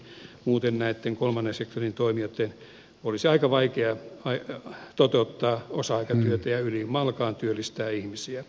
muuten näitten kolmannen sektorin toimijoitten olisi aika vaikea toteuttaa osa aikatyötä ja ylimalkaan työllistää ihmisiä